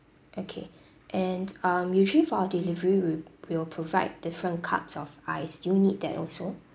okay and um usually for our delivery we we'll provide different cups of ice do you need that also